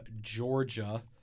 Georgia